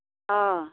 अह